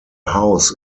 house